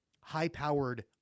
high-powered